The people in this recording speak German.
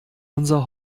unser